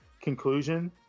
conclusion